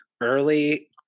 early